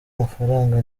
amafaranga